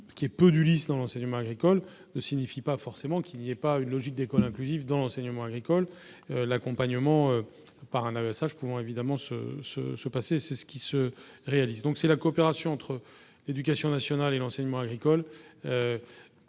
pas qu'il ait peu d'Ulysse dans l'enseignement agricole ne signifie pas forcément qu'il n'y ait pas une logique d'école inclusive dans l'enseignement agricole, l'accompagnement par un un message pouvant évidemment se se se passer, c'est ce qui se réalise, donc c'est la coopération entre l'éducation nationale et l'enseignement agricole